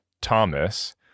Thomas